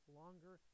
longer